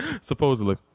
Supposedly